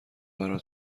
برا